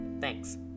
thanks